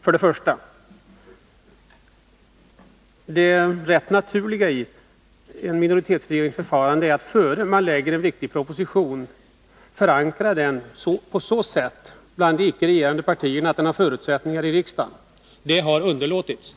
För det första: Det naturliga för en minoritetsregering är att man, innan man framlägger en viktig proposition, förankrar den på så sätt bland de icke regerande partierna att den har förutsättningar att antas av riksdagen. Det har underlåtits.